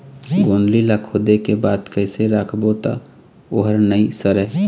गोंदली ला खोदे के बाद कइसे राखबो त ओहर नई सरे?